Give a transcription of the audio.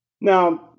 Now